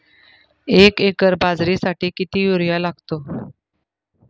एक एकर बाजरीसाठी किती युरिया लागतो?